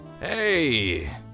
Hey